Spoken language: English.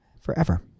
forever